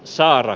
saari